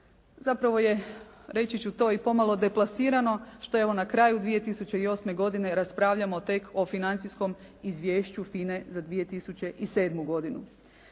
Zapravo je, reći ću to i pomalo deplasirano što evo na kraju 2008. godine raspravljamo tek o financijskom izvješću FINA-e za 2007. godinu.